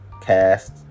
cast